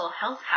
health